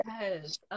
yes